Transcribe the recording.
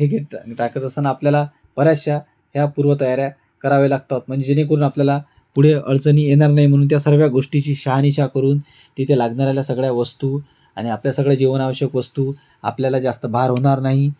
हे टेक टाकत असताना आपल्याला बऱ्याचशा ह्या पूर्वतयाऱ्या कराव्या लागतात म्हणजे जेणेकरून आपल्याला पुढे अडचणी येणार नाही म्हणून त्या सर्व गोष्टीची शहानिशा करून तिथे लागणाऱ्याल्या सगळ्या वस्तू आणि आपल्या सगळ्या जीवनावश्यक वस्तू आपल्याला जास्त भार होणार नाही